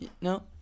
No